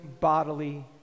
bodily